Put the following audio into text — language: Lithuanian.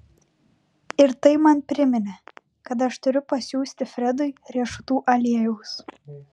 ir tai man priminė kad aš turiu pasiųsti fredui riešutų aliejaus